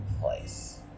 place